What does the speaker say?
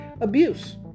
abuse